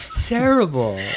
Terrible